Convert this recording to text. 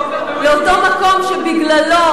אנחנו אחראים על "ויקיליקס"?